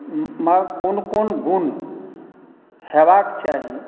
मे कोन कोन गुण होयबाक चाही